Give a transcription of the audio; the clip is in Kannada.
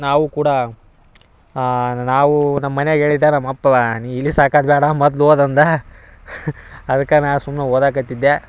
ನಾವು ಕೂಡ ನಾವು ನಮ್ಮ ಮನಿಯಾಗೆ ಹೇಳಿದ್ದ ನಮ್ಮ ಅಪ್ಪ ನೀ ಇಲಿ ಸಾಕದು ಬ್ಯಾಡ ಮೊದ್ಲು ಓದು ಅಂದ ಅದಕ್ಕೆ ನಾ ಸುಮ್ಮನೆ ಓದಾಕೆ ಹತ್ತಿದ್ದೆ